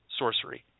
sorcery